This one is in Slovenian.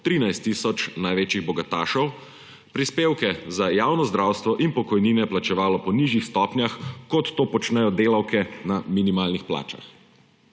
13 tisoč največjih bogatašev, prispevke za javno zdravstvo in pokojnine plačeval po nižjih stopnjah, kot to počnejo delavke na minimalnih plačah.